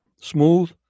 Smooth